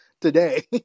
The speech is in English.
today